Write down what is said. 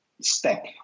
step